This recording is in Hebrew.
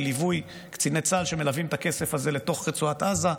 בליווי קציני צה"ל שמלווים את הכסף הזה לתוך רצועת עזה.